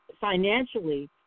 financially